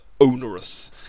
onerous